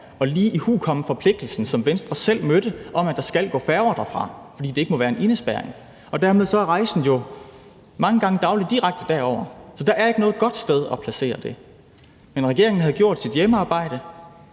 og lige ihukomme forpligtelsen, som Venstre selv mødte, om, at der skal gå færger derfra, fordi det ikke må være en indespærring. Dermed er der jo rejser mange gange dagligt direkte derover. Så der er ikke noget godt sted at placere det. Men regeringen havde gjort sit hjemmearbejde,